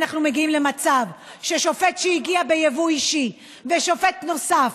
אנחנו מגיעים למצב ששופט שהגיע ביבוא אישי ושופט נוסף,